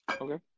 Okay